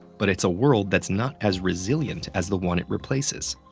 but it's a world that's not as resilient as the one it replaces.